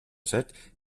set